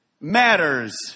matters